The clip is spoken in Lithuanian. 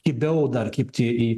kibiau dar kibti į